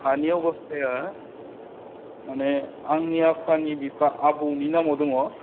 हानि अबस्थाया माने आंनि आफानि बिफा आबौनि नामआव दङ